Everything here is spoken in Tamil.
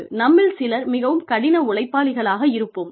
நம்மில் சிலர் மிகவும் கடின உழைப்பாளிகளாக இருப்போம்